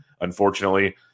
unfortunately